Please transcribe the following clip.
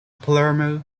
palermo